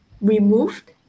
removed